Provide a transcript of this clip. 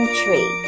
tree